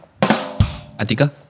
Atika